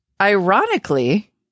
Ironically